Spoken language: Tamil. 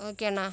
ஓகேண்ணா